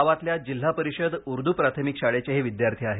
गावातल्या जिल्हा परिषद उर्दू प्राथमिक शाळेचे हे विद्यार्थी आहेत